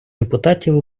депутатів